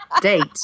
Date